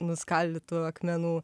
nuskaldytų akmenų